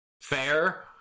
fair